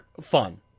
fun